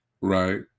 right